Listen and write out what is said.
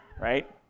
right